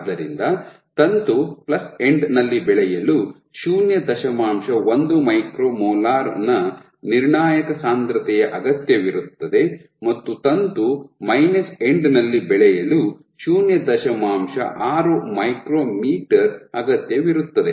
ಆದ್ದರಿಂದ ತಂತು plus end ನಲ್ಲಿ ಬೆಳೆಯಲು ಶೂನ್ಯ ದಶಮಾಂಶ ಒಂದು ಮೈಕ್ರೊ ಮೋಲಾರ್ ನ ನಿರ್ಣಾಯಕ ಸಾಂದ್ರತೆಯ ಅಗತ್ಯವಿರುತ್ತದೆ ಮತ್ತು ತಂತು ಮೈನಸ್ ಎಂಡ್ ನಲ್ಲಿ ಬೆಳೆಯಲು ಶೂನ್ಯ ದಶಮಾಂಶ ಆರು ಮೈಕ್ರೊಮೀಟರ್ ಅಗತ್ಯವಿರುತ್ತದೆ